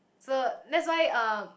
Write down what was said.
so that's why um